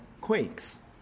quakes